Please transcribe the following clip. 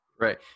right